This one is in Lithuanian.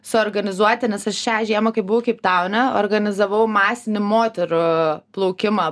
suorganizuoti nes aš šią žiemą kai buvau keiptaune organizavau masinį moterų plaukimą